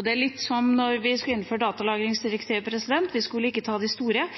Det er litt som da vi skulle innføre datalagringsdirektivet – vi skulle ikke ta de store,